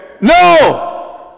No